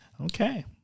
Okay